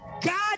god